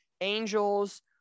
Angels